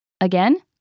again